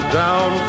down